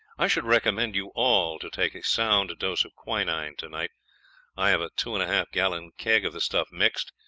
i should recommend you all to take a sound dose of quinine tonight i have a two and a half gallon keg of the stuff mixed,